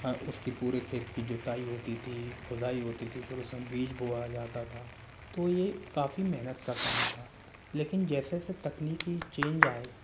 उसके पूरी खेत की जुताई होती थी खुदाई होती थी फिर उसमें बीज बोया जाता था तो यह काफ़ी मेहनत का काम था लेकिन जैसे जैसे तकनीकी चेंज आये